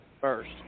First